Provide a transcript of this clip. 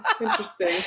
Interesting